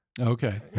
Okay